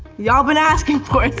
ya'll been asking for it,